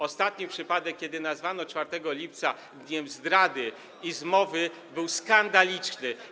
Ostatni przypadek, kiedy nazwano dzień 4 lipca dniem zdrady i zmowy, był skandaliczny.